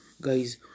guys